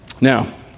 Now